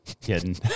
Kidding